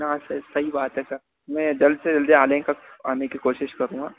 हाँ सर सही बात है सर मैं जल्द से जल्दी आने का आने की कोशिश करुंगा